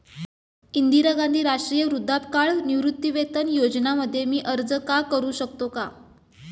इंदिरा गांधी राष्ट्रीय वृद्धापकाळ निवृत्तीवेतन योजना मध्ये मी अर्ज का करू शकतो का?